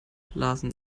lasen